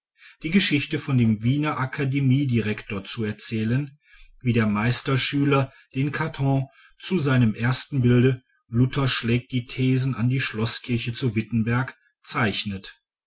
die geschichte von dem wiener akademiedirektor zu erzählen wie der meisterschüler den karton zu seinem ersten bilde luther schlägt die thesen an die schloßkirche zu wittenberg zeichnet